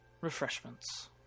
Refreshments